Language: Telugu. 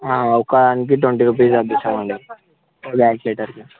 ఒక దానికి ట్వంటీ రూపీస్ తగ్గిస్తాం అండి బ్లాక్ షీటర్కి